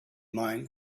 mine